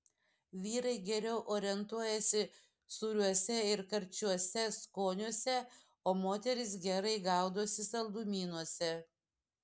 vyrai geriau orientuojasi sūriuose ir karčiuose skoniuose o moterys gerai gaudosi saldumynuose